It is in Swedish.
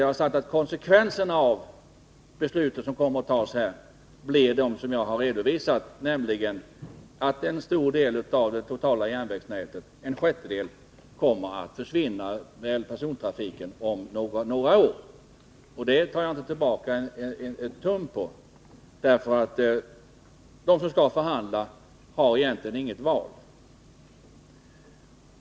Jag har sagt att konsekvenserna av besluten som fattas här blir att persontrafiken på en stor del av det totala järnvägsnätet— en sjättedel —- kommer att försvinna om några år. Det tar jag inte tillbaka en tum av, eftersom de som skall förhandla inte har något egentligt val.